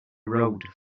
rode